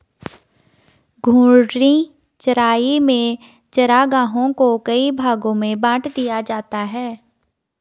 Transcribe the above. घूर्णी चराई में चरागाहों को कई भागो में बाँट दिया जाता है